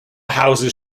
houses